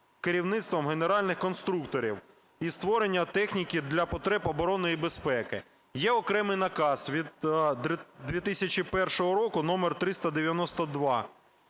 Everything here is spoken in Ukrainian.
керівництвом генеральних конструкторів і створення техніки для потреб оборонної безпеки. Є окремий наказ від 2001 року № 392.